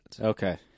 Okay